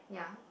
yeah